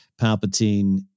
Palpatine